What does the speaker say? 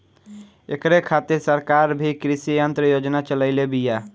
ऐकरे खातिर सरकार भी कृषी यंत्र योजना चलइले बिया